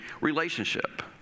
relationship